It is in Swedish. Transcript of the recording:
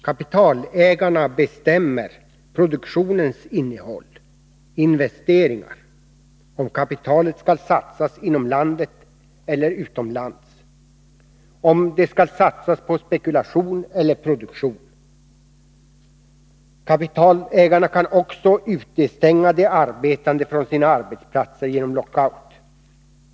Kapitalägarna bestämmer produktionens innehåll, investeringar, om kapitalet skall satsas inom landet eller utomlands, om det skall satsas på spekulation eller produktion. Kapitalägarna kan också utestänga de arbetande från sina arbetsplatser genom lockout.